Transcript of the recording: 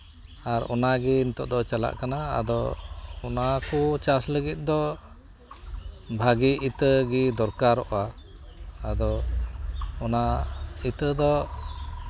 ᱟᱨ ᱚᱱᱟᱜᱮ ᱱᱤᱛᱚᱜ ᱫᱚ ᱪᱟᱞᱟᱜ ᱠᱟᱱᱟ ᱟᱫᱚ ᱚᱱᱟᱠᱚ ᱪᱟᱥ ᱞᱟᱹᱜᱤᱫ ᱫᱚ ᱵᱷᱟᱜᱮ ᱤᱛᱟᱹᱜᱮ ᱫᱚᱨᱠᱟᱨᱚᱜᱼᱟ ᱟᱫᱚ ᱚᱱᱟ ᱤᱛᱟᱹ ᱫᱚ